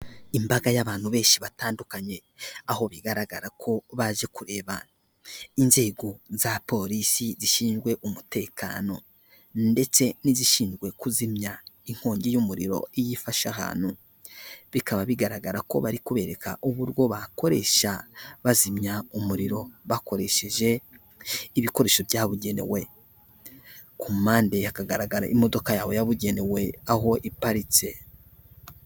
Imbaga y'abantu benshi batandukanye, aho bigaragara ko baje kureba, inzego za polisi zishinzwe umutekano, ndetse n'izishinzwe kuzimya inkongi y'umuriro iyo ifashe ahantu, bikaba bigaragara ko bari kubereka uburyo bakoresha bazimya umuriro bakoresheje ibikoresho byabugenewe, ku mpande hakagaragara imodoka yabo yabugenewe aho iparitse.